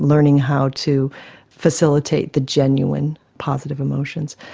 learning how to facilitate the genuine positive emotions.